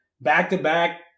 Back-to-back